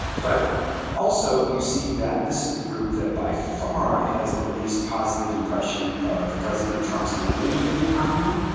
but also you see that this is the group that by far has the least positive impression of president trump's handling of the economy.